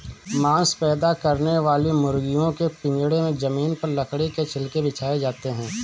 मांस पैदा करने वाली मुर्गियों के पिजड़े में जमीन पर लकड़ी के छिलके बिछाए जाते है